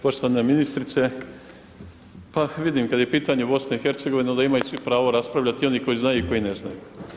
Poštovana ministrice, pa vidim kada je pitanje BiH onda imaju svi pravo raspravljati i oni koji znaju i koji ne znaju.